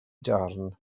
darn